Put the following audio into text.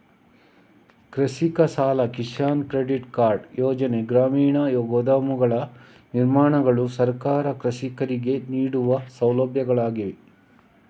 ಕೃಷಿಕ ಸಾಲ, Kisan credit card ಯೋಜನೆ, ಗ್ರಾಮೀಣ ಗೋದಾಮುಗಳ ನಿರ್ಮಾಣಗಳು ಸರ್ಕಾರ ಕೃಷಿಕರಿಗೆ ನೀಡುವ ಸೌಲಭ್ಯಗಳಾಗಿವೆ